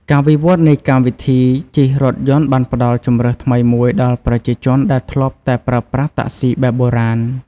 ការវិវត្តនៃកម្មវិធីជិះរថយន្តបានផ្តល់ជម្រើសថ្មីមួយដល់ប្រជាជនដែលធ្លាប់តែប្រើប្រាស់តាក់ស៊ីបែបបុរាណ។